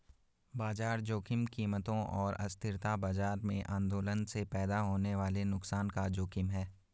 बाजार जोखिम कीमतों और अस्थिरता बाजार में आंदोलनों से पैदा होने वाले नुकसान का जोखिम है